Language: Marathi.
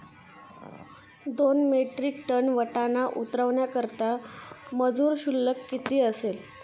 दोन मेट्रिक टन वाटाणा उतरवण्याकरता मजूर शुल्क किती असेल?